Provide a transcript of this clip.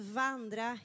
vandra